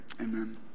amen